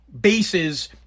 bases